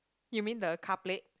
you mean the car plate